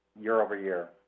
year-over-year